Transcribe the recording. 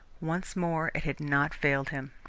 once more it had not failed him.